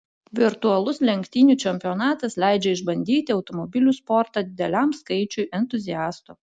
virtualus lenktynių čempionatas leidžia išbandyti automobilių sportą dideliam skaičiui entuziastų